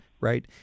right